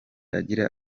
agira